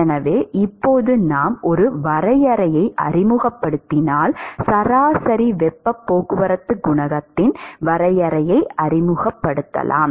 எனவே இப்போது நாம் ஒரு வரையறையை அறிமுகப்படுத்தினால் சராசரி வெப்பப் போக்குவரத்து குணகத்தின் வரையறையை அறிமுகப்படுத்தலாம்